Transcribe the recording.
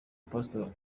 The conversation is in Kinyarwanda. pastor